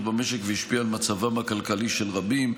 במשק והשפיע על מצבם הכלכלי של רבים.